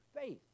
faith